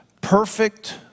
perfect